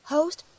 Host